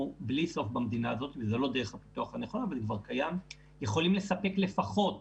בלי סוף במדינה הזאת יכולים לספק לפחות